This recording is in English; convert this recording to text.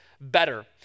better